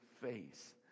face